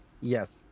yes